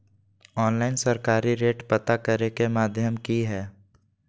Online सरकारी rate पता करे के माध्यम की हय?